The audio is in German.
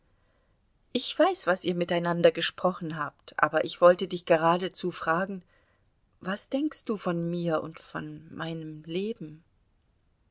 ich weiß was ihr miteinander gesprochen habt aber ich wollte dich geradezu fragen was denkst du von mir und von meinem leben